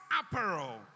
apparel